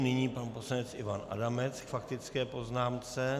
Nyní pan poslanec Ivan Adamec k faktické poznámce.